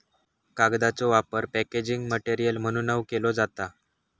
कागदाचो वापर packaging material म्हणूनव केलो जाता